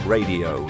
Radio